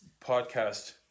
podcast